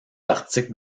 articles